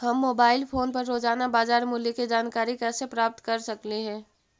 हम mobile phone पर रोजाना बाजार मूल्य के जानकारी कैसे प्राप्त कर सकली हे?